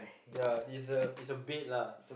ya it's a it's a bait lah